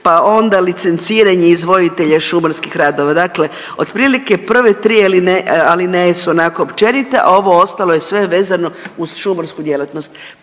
pa onda licenciranje izvoditelja šumarskih radova, dakle otprilike prve tri alineje su onako općenite, a ovo ostalo je sve vezano uz šumarsku djelatnost,